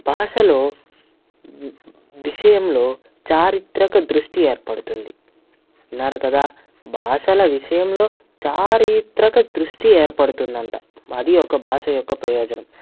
భాషలో విషయంలో చారిత్రక దృష్టి ఏర్పడుతుంది విన్నారు కదా భాషల విషయంలో చారిత్రక దృష్టి ఏర్పడుతుందంట అది ఒక భాష యొక్క ప్రయోజనం